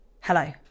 Hello